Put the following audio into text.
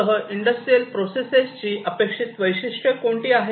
सह इंडस्ट्रियल प्रोसेसची अपेक्षित वैशिष्ट्ये कोणती आहेत